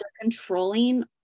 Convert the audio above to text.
controlling